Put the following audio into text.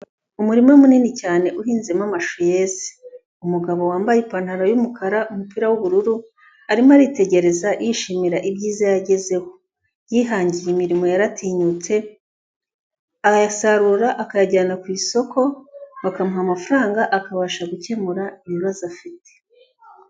Umurima munini cyane uhinzemo amashu yeze, umugabo wambaye ipantaro y'umukara umupira w'ubururu, arimo aritegereza yishimira ibyiza yagezeho, yihangiye imirimo yaratinyutse, ayasarura akayajyana ku isoko, bakamuha amafaranga akabasha gukemura ibibazo afite.